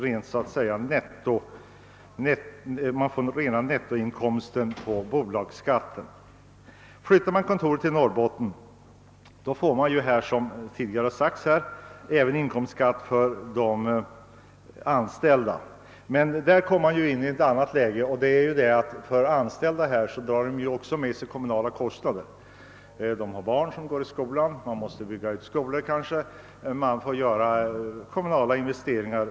Bolagsskatten är där Om LKAB:s huvudkontor flyttas till Norrbotten får man som tidigare sagts även inkomstskatt från de anställda, men de människorna drar också med sig en del kommunala kostnader. De har barn som går i skolan, och kommunen får kanske därför bygga ut skolorna och göra andra kommunala investeringar.